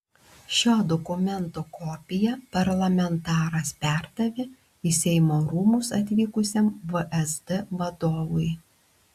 šio dokumento kopiją parlamentaras perdavė į seimo rūmus atvykusiam vsd vadovui